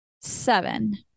Seven